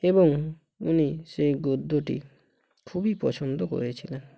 এবং উনি সেই গদ্যটি খুবই পছন্দ করেছিলেন